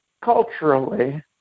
culturally